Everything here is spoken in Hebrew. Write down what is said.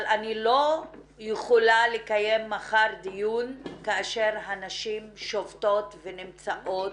אבל אני לא יכולה לקיים מחר דיון כאשר הנשים שובתות ונמצאות